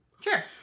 Sure